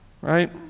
Right